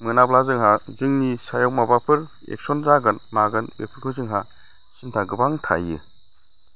मोनाब्ला जोंहा जोंनि सायाव माबाफोर एक्स'न जागोन मागोन बेफोरखौ जोंहा सिन्था गोबां थायो